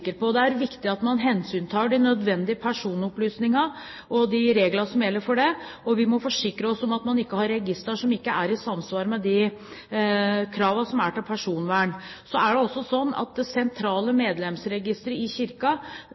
på. Det er viktig at man hensyntar de nødvendige personopplysninger og de regler som gjelder for det, og vi må forsikre oss om at man ikke har registre som ikke er i samsvar med kravene til personvern. Når det gjelder det sentrale medlemsregisteret i Kirken, er det også slik at det